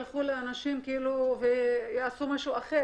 אולי ילכו לאנשים ויעשו משהו אחר?